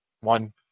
One